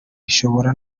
bishobora